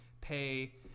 pay